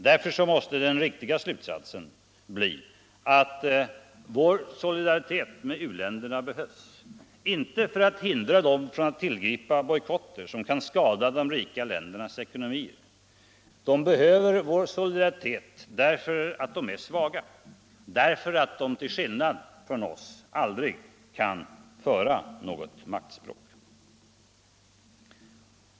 Därför måste den riktiga slutsatsen bli att vår solidaritet med u-länderna behövs — inte för att hindra dem från att tillgripa bojkotter som kan skada de rika ländernas ekonomier. De behöver vår solidaritet därför att de är svaga, därför att de — till skillnad från oss — aldrig kan föra något maktspråk.